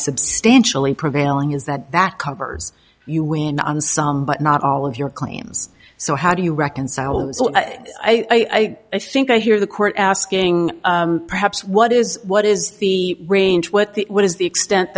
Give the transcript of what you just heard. substantially prevailing is that that covers you in on some but not all of your claims so how do you reconcile those i think i hear the court asking perhaps what is what is the range what the what is the extent